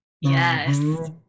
Yes